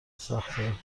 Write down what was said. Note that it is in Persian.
سختتر